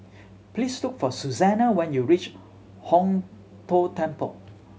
please look for Susanna when you reach Hong Tho Temple